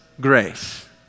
grace